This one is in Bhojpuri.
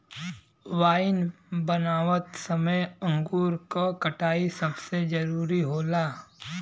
वाइन बनावत समय अंगूर क कटाई सबसे जरूरी होला